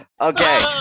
Okay